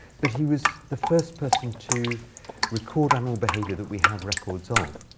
but he was the first person to record animal behavior that we have records of.